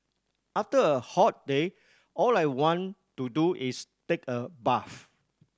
after a hot day all I want to do is take a bath